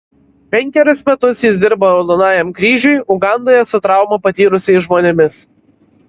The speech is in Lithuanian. penkerius metus jis dirbo raudonajam kryžiui ugandoje su traumą patyrusiais žmonėmis